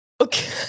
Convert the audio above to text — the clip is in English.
Okay